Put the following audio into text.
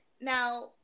now